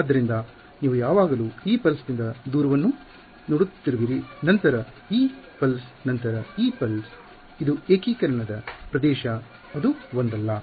ಆದ್ದರಿಂದ ನೀವು ಯಾವಾಗಲೂ ಈ ಪಲ್ಸ ದಿಂದ ದೂರವನ್ನು ನೋಡುತ್ತಿರುವಿರಿ ನಂತರ ಈ ಪಲ್ಸ ನಂತರ ಈ ಪಲ್ಸ ಇದು ಏಕೀಕರಣದ ಪ್ರದೇಶ ಅದು ಒಂದಲ್ಲ